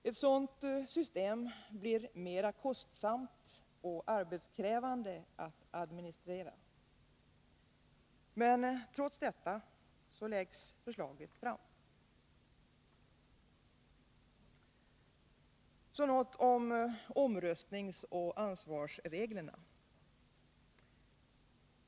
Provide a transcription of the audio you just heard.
Ett sådant system blir mera kostsamt och arbetskrävande att administrera. Trots detta läggs förslaget fram. Så något om omröstningsoch ansvarsreglerna.